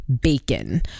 bacon